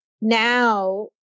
now